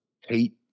hate